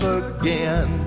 again